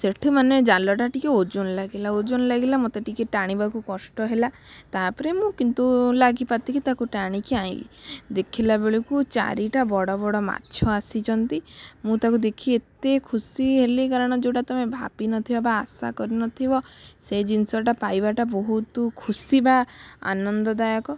ସେଠୁ ମାନେ ଜାଲଟା ଟିକେ ଓଜନ ଲାଗିଲା ମୋତେ ଟିକେ ଟାଣିବାକୁ କଷ୍ଟ ହେଲା ତା'ପରେ ମୁଁ କିନ୍ତୁ ଲାଗିପାତିକି ତାକୁ ଟାଣିକି ଆଇଲି ଦେଖିଲା ବେଳକୁ ଚାରିଟା ବଡ଼ ବଡ଼ ମାଛ ଆସିଛନ୍ତି ମୁଁ ତାକୁ ଦେଖି ଏତେ ଖୁସି ହେଲି କାରଣ ଯୋଉଟା ତମେ ଭାବିନଥିବ ବା ଆଶା କରିନଥିବ ସେଇ ଜିନିଷଟା ପାଇବାଟା ବହୁତ ଖୁସି ବା ଆନନ୍ଦଦାୟକ